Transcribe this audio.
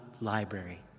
Library